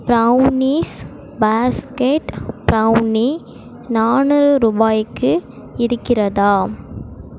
brownies basket brownie நானூறு ரூபாய்க்கு இருக்கிறதா